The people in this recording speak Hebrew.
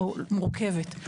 מורכבת.